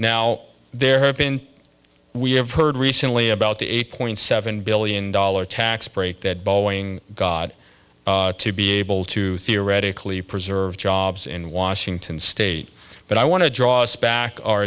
now there have been we have heard recently about the eight point seven billion dollar tax break that boeing god to be able to directly preserve jobs in washington state but i want to draw us back our